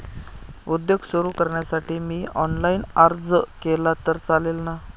उद्योग सुरु करण्यासाठी मी ऑनलाईन अर्ज केला तर चालेल ना?